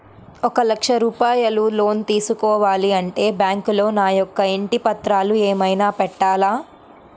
ఒక లక్ష రూపాయలు లోన్ తీసుకోవాలి అంటే బ్యాంకులో నా యొక్క ఇంటి పత్రాలు ఏమైనా పెట్టాలా?